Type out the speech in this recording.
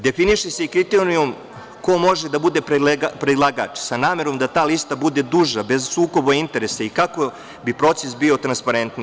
Definiše se kriterijum ko može da bude predlagač, sa namerom da ta lista bude duža, bez sukoba interesa i kako bi proces bio transparentniji.